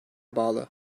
bağlı